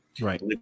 right